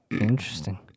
Interesting